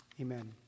Amen